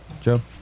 Joe